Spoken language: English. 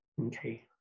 Okay